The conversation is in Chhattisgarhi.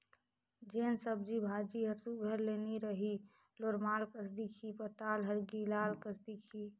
जेन सब्जी भाजी हर सुग्घर ले नी रही लोरमाल कस दिखही पताल हर गिलाल कस दिखही